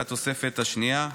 והתוספת השנייה.